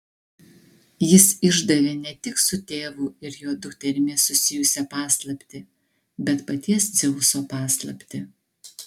jis išdavė ne tik su tėvu ir jo dukterimi susijusią paslaptį bet paties dzeuso paslaptį